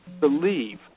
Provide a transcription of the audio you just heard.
believe